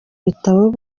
gitabo